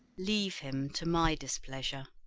leave him to my displeasure